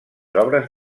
obres